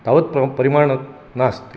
तावत्परिमाणं नास्ति